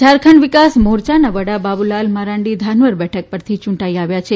ઝારખંડ વિકાસ મોરચાના વડા બાબુલાલ મરાંડી ધાનવર બેઠક પરથી યૂંટાઇ આવ્યા છે